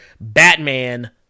Batman